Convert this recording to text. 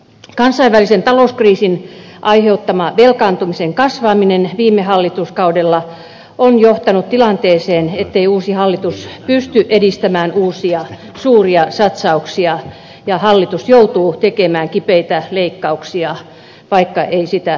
kansainvälisen talouskriisin aiheuttama velkaantumisen kasvaminen viime hallituskaudella on johtanut tilanteeseen ettei uusi hallitus pysty edistämään uusia suuria satsauksia ja hallitus joutuu tekemään kipeitä leikkauksia vaikka ei sitä tahtoisi